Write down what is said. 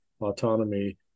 autonomy